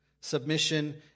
Submission